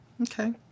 Okay